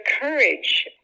courage